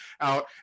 out